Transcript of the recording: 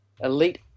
Elite